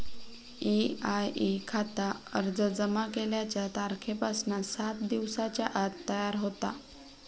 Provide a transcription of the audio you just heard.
EIE खाता अर्ज जमा केल्याच्या तारखेपासना सात दिवसांच्या आत तयार होता